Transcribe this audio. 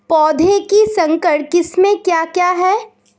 पौधों की संकर किस्में क्या क्या हैं?